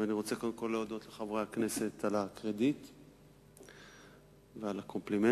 ואני רוצה קודם כול להודות לחברי הכנסת על הקרדיט ועל הקומפלימנטים,